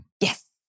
Yes